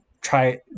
try